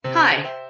Hi